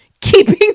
keeping